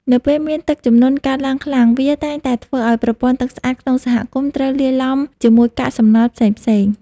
នៅពេលមានទឹកជំនន់កើតឡើងខ្លាំងវាតែងតែធ្វើឱ្យប្រព័ន្ធទឹកស្អាតក្នុងសហគមន៍ត្រូវលាយឡំជាមួយកាកសំណល់ផ្សេងៗ។